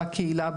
בקהילה,